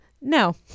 No